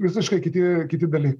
visiškai kiti kiti dalykai